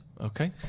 Okay